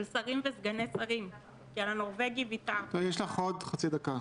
שרים וסגני שרים כי הרי על החוק הנורווגי ויתרתם -- יש לך עוד חצי דקה.